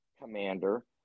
commander